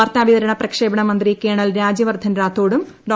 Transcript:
വാർത്ത്മാപ്പിത്രണ പ്രക്ഷേപണ മന്ത്രി കേണൽ രാജ്യവർദ്ധൻ റ്റ്ഥോഡും ഡോ